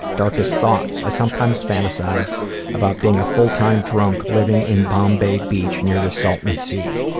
darkest thoughts, i sometimes fantasize about being a full-time drunk, living in bombay beach, near the saltan sea.